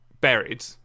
buried